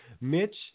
Mitch